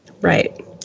right